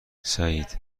سعید